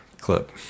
clip